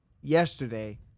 yesterday